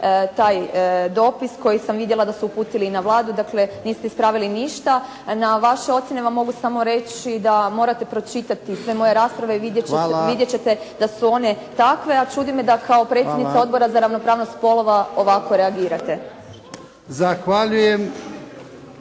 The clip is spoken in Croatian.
taj dopis koji sam vidjela da su uputili i na Vladu, dakle, niste ispravili ništa. Na vaše ocjene vam mogu samo reći da morate pročitati sve moje rasprave i vidjeti ćete da su one takve. A čudi me da kao predsjednica za ravnopravnost spolova ovako reagirate.